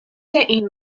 این